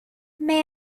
may